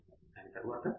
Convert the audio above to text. దాని తరువాత